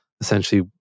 essentially